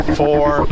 four